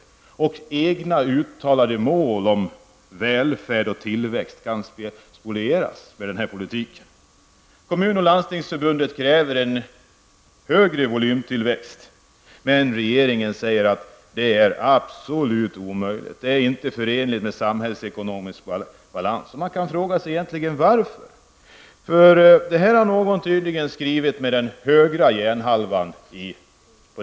Regeringens egna uttalade mål om välfärd och tillväxt kan spolieras med denna politik. Kommun och landstingsförbunden kräver en högre volymtillväxt, men regeringen säger att det är absolut omöjligt och inte förenligt med samhällsekonomisk balans. Man kan fråga sig varför. Detta har tydligen någon på departementet skrivit med den högra hjärnhalvan.